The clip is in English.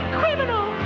criminal